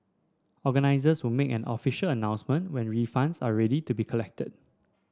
organisers will make an official announcement when refunds are ready to be collected